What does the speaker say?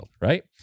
right